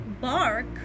bark